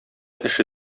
эше